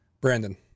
Brandon